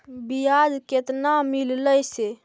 बियाज केतना मिललय से?